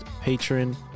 patron